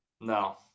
No